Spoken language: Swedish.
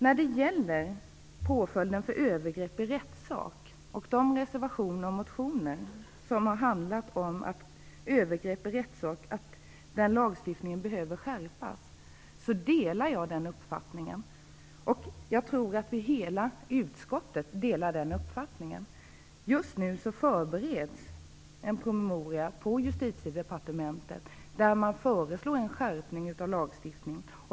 När det gäller påföljden för övergrepp i rättssak och de reservationer och motionen om att lagstiftningen behöver skärpas delar jag den uppfattningen - jag tror att hela utskottet har samma uppfattning. Just nu förbereds en promemoria på Justitiedepartementet där man föreslår en skärpning av lagstiftningen.